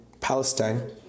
Palestine